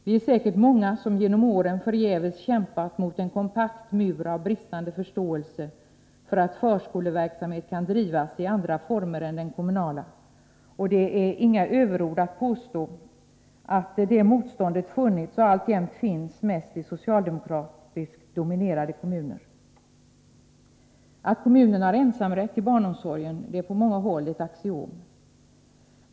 Vi är säkert många som genom åren förgäves kämpat mot en kompakt mur av bristande förståelse för att förskoleverksamhet kan drivas i andra former än den kommunala. Det är inga överord att påstå att det motståndet funnits och alltjämt finns mest i socialdemokratiskt dominerade kommuner. Att kommunen har ensamrätt till barnomsorgen är på många håll ett axiom.